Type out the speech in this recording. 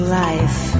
life